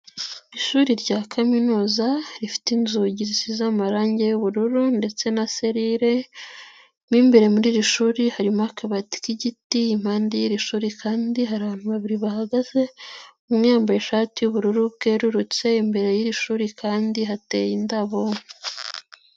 Ishuri rya kaminuza rifite inzugi zisize amarangi y'ubururu ndetse na serire, mo imbere muri iri shuri harimo akabati k'igiti impande y'iri shuri kandi hari abantu babiri bahagaze, umwe yambaye ishati y'ubururu bwerurutse, imbere y'iri shuri kandi hateye indabo.